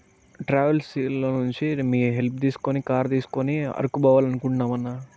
ట్రావెల్స్లో నుంచి ఇది మీ హెల్ప్ తీసుకొని కార్ తీసుకొని అరకు పోవాలని అనుకుంటున్నాము అన్నా